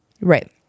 Right